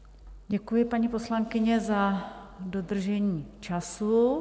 Děkuji, paní poslankyně, za dodržení času.